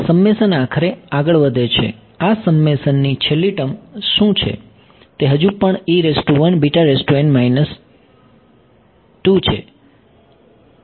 સમ્મેશન આખરે આગળ વધે છે આ સમ્મેશનની છેલ્લી ટર્મ શું છે તે હજુ પણ છે